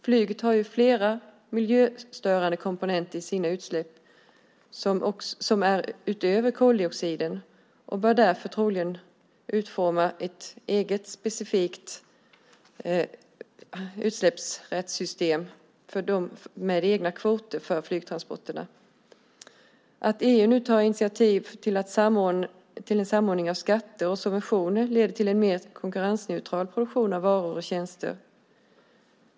Flyget har flera miljöstörande komponenter i sina utsläpp utöver koldioxiden. Man bör därför troligen utforma ett eget specifikt utsläppsrättssystem med egna kvoter för flygtransporterna. Att EU nu tar initiativ till en samordning av skatter och subventioner leder till en mer konkurrensneutral produktion av varor och tjänster.